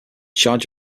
charged